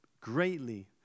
greatly